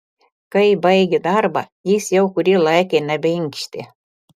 kai baigė darbą jis jau kurį laiką nebeinkštė